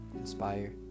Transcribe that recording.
inspire